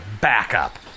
backup